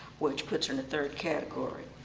which puts her in the third category.